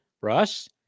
Russ